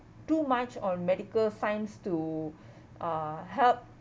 too much on medical science to uh help